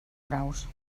graus